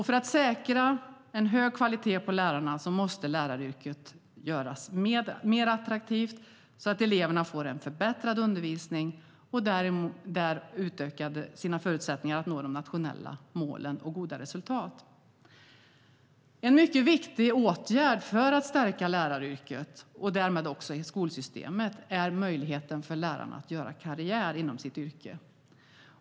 För att säkra en hög kvalitet på lärarna måste läraryrket göras mer attraktivt så att eleverna får en förbättrad undervisning och därmed kan öka sina förutsättningar att nå de nationella målen och goda resultat. En mycket viktig åtgärd för att stärka läraryrket, och därmed skolsystemet, är möjligheten för lärarna att göra karriär inom sitt yrke.